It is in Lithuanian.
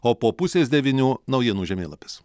o po pusės devynių naujienų žemėlapis